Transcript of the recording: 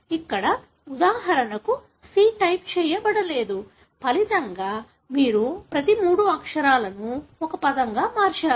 ఇక్కడ ఉదాహరణకు C type చేయబడలేదు ఫలితంగా మీరు ప్రతి మూడు అక్షరాలను ఒక పదంగా మార్చారు